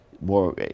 more